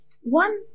one